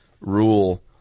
rule